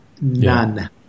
None